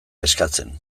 eskatzen